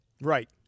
Right